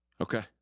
Okay